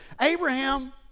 Abraham